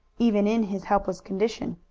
even in his helpless condition.